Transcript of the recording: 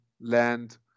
land